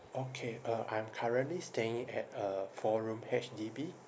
okay uh I'm currently staying at a four room H_D_B